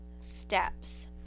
steps